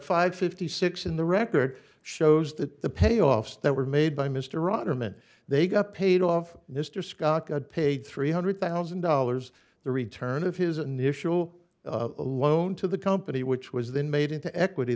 five fifty six in the record shows that the payoffs that were made by mr rotter meant they got paid off mr scott got paid three hundred thousand dollars the return of his initial loan to the company which was then made into equity